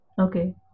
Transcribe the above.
Okay